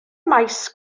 maes